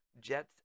Jets